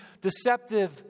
deceptive